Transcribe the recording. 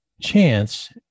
chance